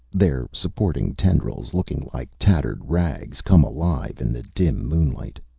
their supporting tendrils looking like tattered rags come alive in the dim moonlight.